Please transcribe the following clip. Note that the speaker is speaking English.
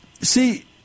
see